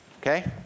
Okay